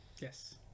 Yes